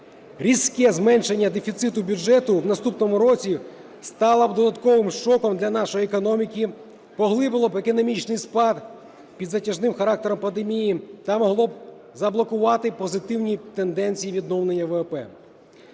різке зменшення дефіциту бюджету в наступному році стало б додатковим шоком для нашої економіки, поглибило б економічний спад під затяжним характером пандемії та могло б заблокувати позитивні тенденції відновлення ВВП.